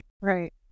Right